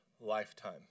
lifetime